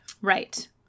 Right